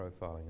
profiling